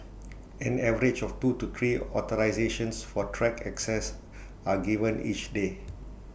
an average of two to three authorisations for track access are given each day